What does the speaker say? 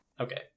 Okay